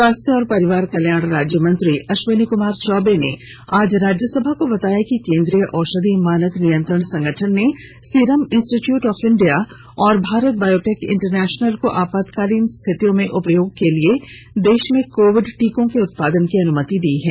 स्वास्थ्य और परिवार कल्याण राज्य मंत्री अश्विनी कुमार चौबे ने आज राज्यसभा को बताया कि केंद्रीय औषधि मानक नियंत्रण संगठन ने सीरम इंस्टीट्यूट ऑफ इंडिया और भारत बायोटेक इंटरनेशनल को आपातकालीन स्थितियों में उपयोग के लिए देश में कोविड टीकों के उत्पादन की अनुमति दी है